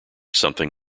something